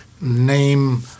name